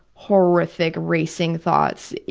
horrific, racing thoughts.